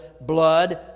blood